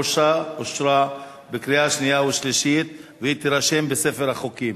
אושרה בקריאה שנייה ושלישית והיא תירשם בספר החוקים.